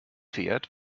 fährt